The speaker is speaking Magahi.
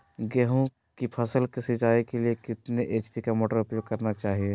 गेंहू की फसल के सिंचाई के लिए कितने एच.पी मोटर का उपयोग करना चाहिए?